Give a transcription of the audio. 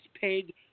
paid